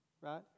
Right